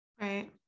Right